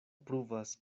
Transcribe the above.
pruvas